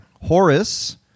Horace